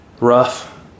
rough